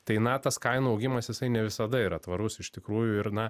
tai naftos kainų augimas jisai ne visada yra tvarus iš tikrųjų ir na